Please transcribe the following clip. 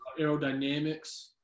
aerodynamics